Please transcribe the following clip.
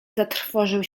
zatrwożył